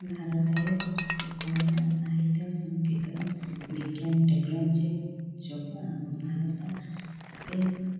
ଭାରତରେ ସବୁ କଳା ସାହିତ୍ୟ ସଂଙ୍ଗୀତ ବିଜ୍ଞାନ ଟେକ୍ନୋଲୋଜି ଯୋଗୁଁ ଆମ ଭାରତ ଏବେ